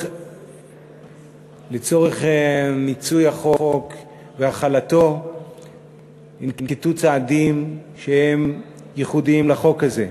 לצורך מיצוי החוק והחלתו ננקטו צעדים שהם ייחודיים לחוק הזה,